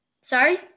sorry